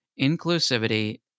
inclusivity